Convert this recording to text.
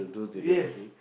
yes